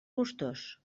gustós